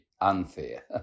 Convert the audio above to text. unfair